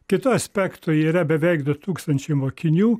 kitu aspektu yra beveik du tūkstančiai mokinių